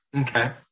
Okay